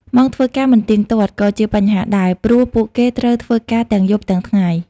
ម៉ោងធ្វើការមិនទៀងទាត់ ក៏ជាបញ្ហាដែរ ព្រោះពួកគេត្រូវធ្វើការទាំងយប់ទាំងថ្ងៃ។